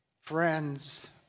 friends